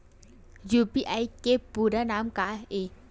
UPI के पूरा नाम का ये?